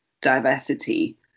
diversity